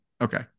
Okay